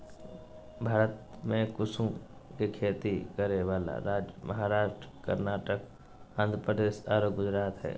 भारत में कुसुम के खेती करै वाला राज्य महाराष्ट्र, कर्नाटक, आँध्रप्रदेश आरो गुजरात हई